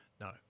No